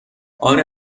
آره